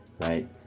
right